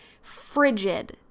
frigid